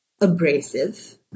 abrasive